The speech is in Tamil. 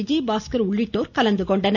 விஜயபாஸ்கர் உள்ளிட்டோர் கலந்துகொண்டனர்